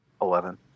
Eleven